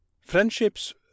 friendships